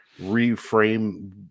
reframe